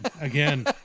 again